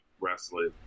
wrestling